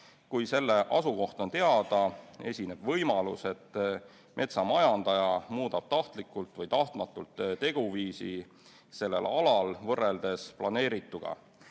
Kui selle asukoht on teada, esineb võimalus, et metsa majandaja muudab tahtlikult või tahtmatult teguviisi sellel alal võrreldes planeerituga.